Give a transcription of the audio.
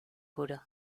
juro